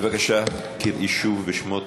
בבקשה קראי שוב בשמות